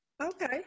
Okay